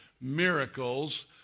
miracles